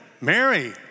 Mary